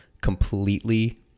completely